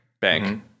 Bank